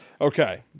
Okay